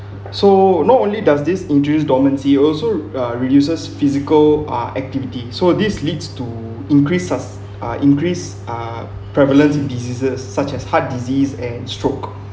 so not only does this induce dormancy also uh reduces physical ah activity so this leads to increases uh increase uh prevalent diseases such as heart disease and stroke